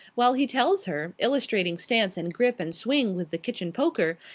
while he tells her, illustrating stance and grip and swing with the kitchen poker,